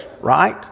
right